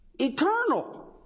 eternal